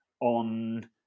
on